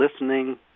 listening